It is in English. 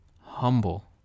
Humble